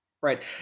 Right